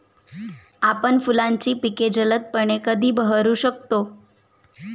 आपण फुलांची पिके जलदपणे कधी बहरू शकतो?